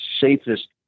safest